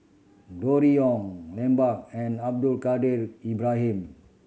Gregory Yong Lambert and Abdul Kadir Ibrahim